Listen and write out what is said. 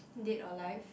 dead or life